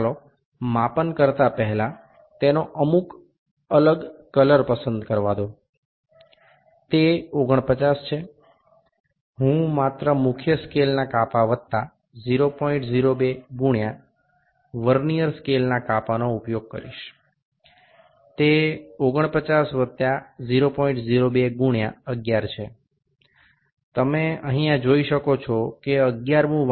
পরিমাপ গুলি দেওয়ার আগে আমাকে অন্য একটি রং পছন্দ করতে দিন এটি ৪৯ আমি কেবল মূল স্কেলের পাঠ যুক্ত ০০২ গুণিতক ভার্নিয়ার স্কেলের পাঠ নেব এটি ৪৯ যুক্ত ০০২ গুণিতক ১১ আপনি দেখতে পাচ্ছেন যে এখানে ১১ তম পাঠটি মিলে রয়েছে